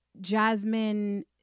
Jasmine